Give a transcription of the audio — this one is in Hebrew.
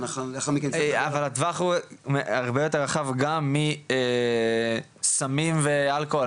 אבל הטווח הוא הרבה יותר רחב גם מסמים ואלכוהול,